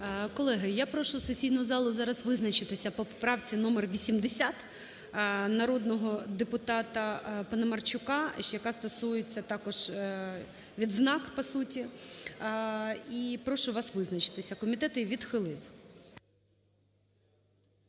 Колеги, я прошу сесійну залу зараз визначитись по поправці номер 80 народного депутата Паламарчука, яка стосується також відзнак по суті. І прошу вас визначитися. Комітет її відхилив.